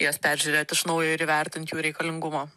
jas peržiūrėt iš naujo ir įvertint jų reikalingumą